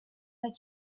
but